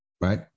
right